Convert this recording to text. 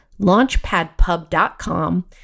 launchpadpub.com